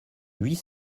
huit